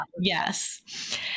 yes